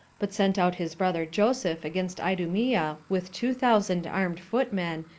but sent out his brother joseph against idumea with two thousand armed footmen,